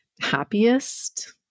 happiest